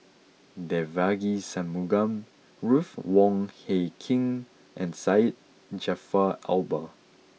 Devagi Sanmugam Ruth Wong Hie King and Syed Jaafar Albar